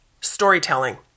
storytelling